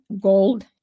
gold